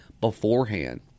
beforehand